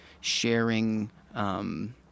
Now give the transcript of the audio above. sharing